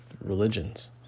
religions